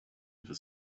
been